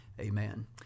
Amen